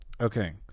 Okay